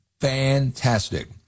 fantastic